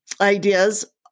ideas